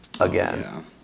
again